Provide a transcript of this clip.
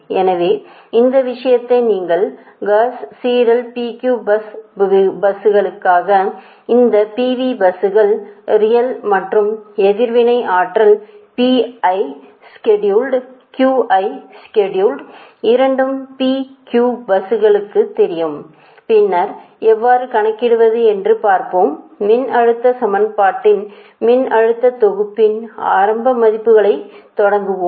எனவே இந்த விஷயத்தை காஸ் சீடெல் PQ பஸ்களுக்கான இந்த PV பஸ்கள் ரியல் மற்றும் எதிர்வினை ஆற்றல்கள் இரண்டும் PQ பஸ்களுக்குத் தெரியும் பின்னர் எவ்வாறு கணக்கிடுவது என்று பார்ப்போம் மின்னழுத்த சமன்பாட்டின் மின்னழுத்த தொகுப்பின் ஆரம்ப மதிப்புகளைத் தொடங்குவோம்